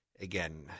Again